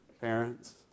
parents